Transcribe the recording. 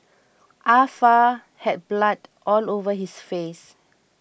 Ah Fa had blood all over his face